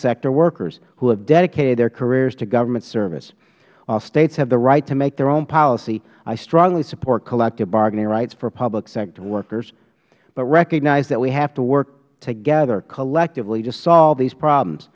sector workers who have dedicated their careers to government service while states have the right to make their own policy i strongly support collective bargaining rights for public sector workers but recognize that we have to work together collectively to solve these problems